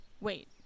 wait